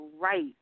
right